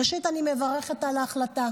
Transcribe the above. ראשית, אני מברכת על ההחלטה.